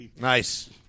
Nice